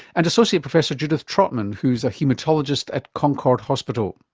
and associate professor judith trotman, who's a haematologist at concord hospital